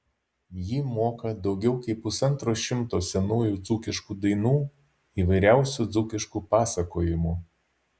ji moka daugiau kaip pusantro šimto senųjų dzūkiškų dainų įvairiausių dzūkiškų pasakojimų